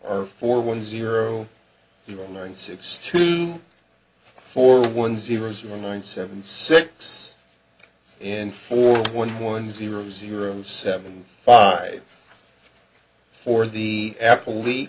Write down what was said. are four one zero zero nine six two four one zero zero nine seven six and four one one zero zero seven five for the apple lea